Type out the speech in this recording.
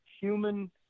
human